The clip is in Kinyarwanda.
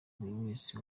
wese